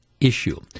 issue